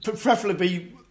preferably